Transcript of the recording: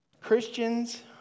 Christians